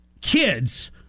kids